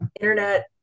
internet